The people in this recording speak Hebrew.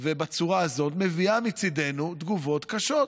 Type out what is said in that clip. ובצורה הזאת, מביאה מצידנו תגובות קשות,